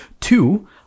Two